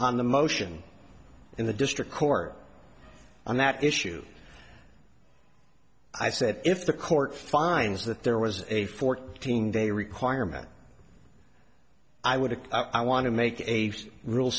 on the motion in the district court on that issue i said if the court finds that there was a fourteen day requirement i would have i want to make a r